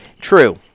True